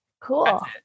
Cool